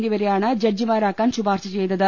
എന്നിവരെയാണ് ജഡ്ജിമാരാക്കാൻ ശുപാർശ ചെയ്തത്